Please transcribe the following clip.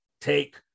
take